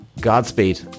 Godspeed